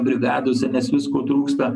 brigadose nes visko trūksta